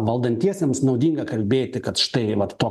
valdantiesiems naudinga kalbėti kad štai vat to